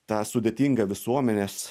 tą sudėtingą visuomenės